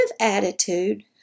attitude